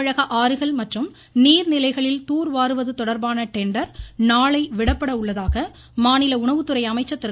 தமிழக ஆறுகள் மற்றும் நீர்நிலைகளில் தூர்வாருவது தொடர்பான டெண்டர் நாளை விடப்பட உள்ளதாக மாநில உணவுத்துறை அமைச்சர் திரு